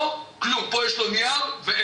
פה כלום! פה יש לו נייר ועט.